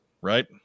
Right